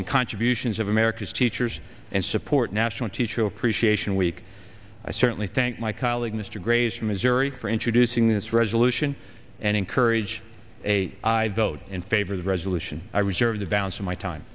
and contributions of america's teachers and support national teacher appreciation week i certainly thank my colleague mr gray's from missouri for introducing this resolution and encourage a vote in favor of the resolution i reserve the balance of my time